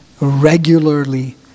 regularly